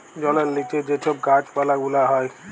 জলের লিচে যে ছব গাহাচ পালা গুলা হ্যয়